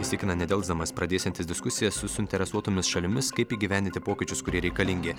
jis tikina nedelsdamas pradėsiantis diskusijas su suinteresuotomis šalimis kaip įgyvendinti pokyčius kurie reikalingi